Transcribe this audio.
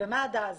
מה עד אז.